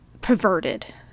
perverted